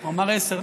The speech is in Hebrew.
הוא אמר עשר.